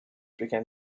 began